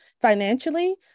financially